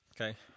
Okay